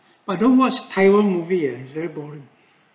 but don't watch taiwan movie ah is very boring